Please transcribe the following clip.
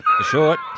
Short